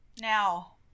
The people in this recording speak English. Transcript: Now